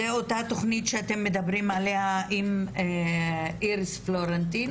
זו אותה תכנית שאתם מדברים עליה עם איריס פלורנטין?